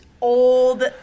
old